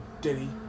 Diddy